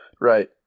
Right